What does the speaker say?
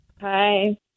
Hi